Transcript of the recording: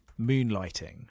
Moonlighting